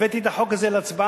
הבאתי את החוק הזה להצבעה,